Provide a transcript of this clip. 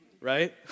Right